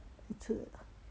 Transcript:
一次